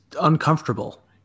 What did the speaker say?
uncomfortable